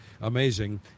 amazing